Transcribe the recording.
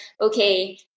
okay